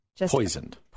Poisoned